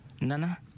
Nana